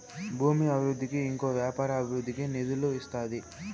భూమి అభివృద్ధికి ఇంకా వ్యాపార అభివృద్ధికి నిధులు ఇస్తాది